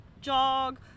jog